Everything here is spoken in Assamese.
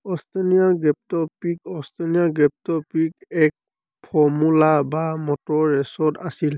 Australia grand prix Australia grand prix এক ফৰ্মুলা ৱান মটৰ ৰে'চত আছিল